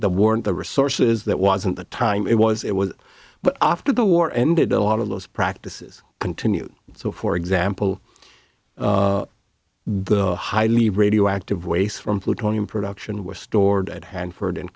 the war and the resources that wasn't the time it was it was but after the war ended a lot of those practices continued so for example the highly radioactive waste from plutonium production was stored at hanford